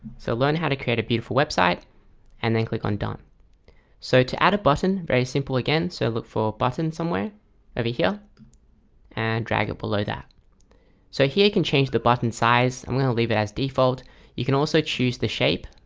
so learn how to create a beautiful website and then click on done so to add a button very simple again. so look for button somewhere over here and drag it below that so here. you can change the button size. i'm going to leave it as default you can also choose the shape.